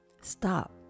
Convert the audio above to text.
Stop